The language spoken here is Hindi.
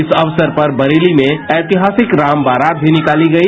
इस अक्सर पर बरेली में ऐतिहासिक राम बारात भी निकाली गई